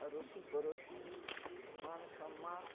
अड़ोसी पड़ोसी मान सम्मान